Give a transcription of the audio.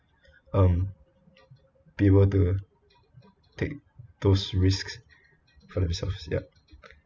um be able to take those risks for themselves ya